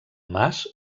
mas